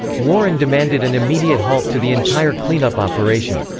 warren demanded an immediate halt to the entire cleanup operation.